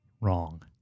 wrong